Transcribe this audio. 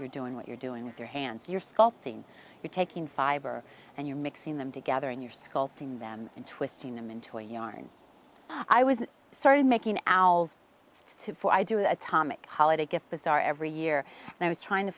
you're doing what you're doing with your hands you're sculpting you're taking fiber and you're mixing them together and you're sculpting them and twisting them into a yarn i was started making owls to for i do atomic holiday gift bazaar every year and i was trying to